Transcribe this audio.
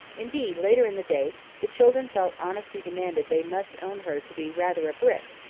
indeed, later in the day, the children felt honesty demanded they must own her to be rather a brick,